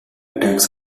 tax